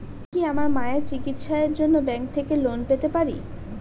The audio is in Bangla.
আমি কি আমার মায়ের চিকিত্সায়ের জন্য ব্যঙ্ক থেকে লোন পেতে পারি?